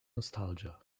nostalgia